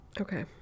Okay